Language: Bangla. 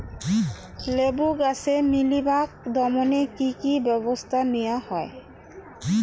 লেবু গাছে মিলিবাগ দমনে কী কী ব্যবস্থা নেওয়া হয়?